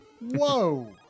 Whoa